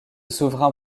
souverain